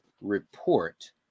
Report